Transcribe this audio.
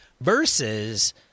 versus